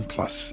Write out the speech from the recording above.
Plus